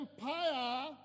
empire